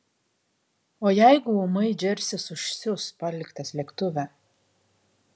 o jeigu ūmai džersis užsius paliktas lėktuve